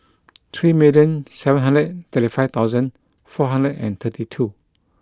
three million seven hundred thirty five thousand four hundred and thirty two